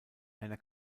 einer